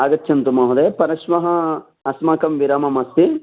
आगच्छतु महोदय परश्वः अस्माकं विराममस्ति